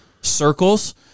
circles